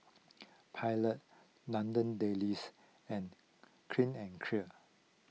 Pilot London Dailies and Clean and Clear